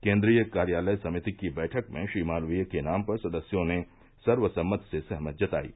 केन्द्रीय कार्यालय समिति की बैठक में श्री मालवीय के नाम पर सदस्यों ने सर्वसम्मति से सहमति जतायी